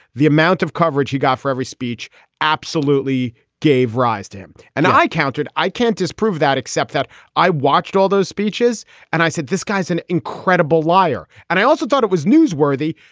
the amount of coverage he got for every speech absolutely gave rise to him. and i counted i can't disprove that except that i watched all those speeches and i said this guy's an incredible liar. and i also thought it was newsworthy.